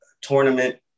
tournament